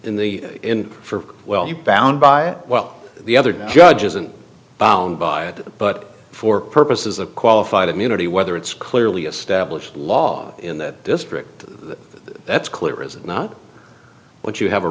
in the in for well you found by well the other judge isn't bound by it but for purposes of qualified immunity whether it's clearly established law in that district that's clear is not what you have a